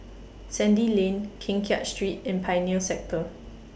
Sandy Lane Keng Kiat Street and Pioneer Sector